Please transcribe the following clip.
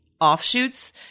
offshoots